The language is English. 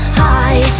high